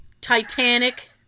Titanic